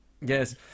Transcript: Yes